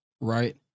Right